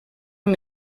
amb